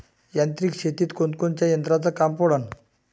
यांत्रिक शेतीत कोनकोनच्या यंत्राचं काम पडन?